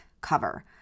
cover